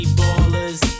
ballers